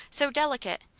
so delicate,